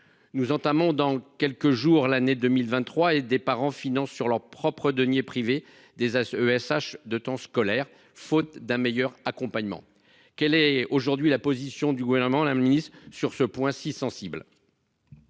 nous entamons dans quelques jours l'année 2023, des parents financent sur leurs deniers privés des AESH de temps scolaire, faute d'un meilleur accompagnement ... Quelle est aujourd'hui la position du Gouvernement sur cette question si sensible ?